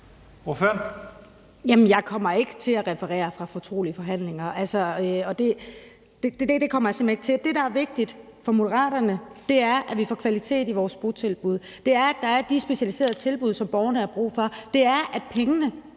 jeg kommer ikke til at referere fra fortrolige forhandlinger – det kommer jeg simpelt hen se ikke til. Det, der er vigtigt for Moderaterne, er, at vi får kvalitet i vores botilbud, det er, at der er de specialiserede tilbud, som borgerne har brug for, det er, at pengene